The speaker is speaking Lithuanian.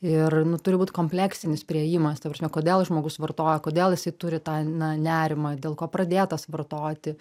ir nu turi būt kompleksinis priėjimas ta prasme kodėl žmogus vartoja kodėl jisai turi tą na nerimą dėl ko pradėtas vartoti